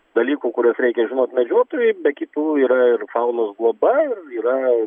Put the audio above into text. dalykų kuriuos reikia žinot medžiotojai be kitų yra ir faunos globa ir yra